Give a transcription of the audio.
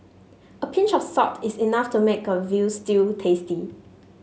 a pinch of salt is enough to make a veal stew tasty